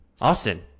Austin